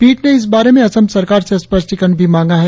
पीठ ने इस बारे में असम सरकार से स्पष्टीकरण भी मांगा है